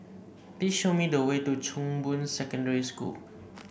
please show me the way to Chong Boon Secondary School